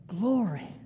glory